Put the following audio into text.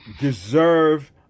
deserve